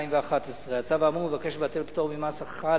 התשע"א 2011. הצו האמור מבקש לבטל פטור ממס החל